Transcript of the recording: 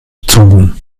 zoom